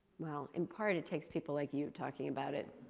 well, in part, it takes people like you talking about it.